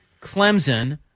Clemson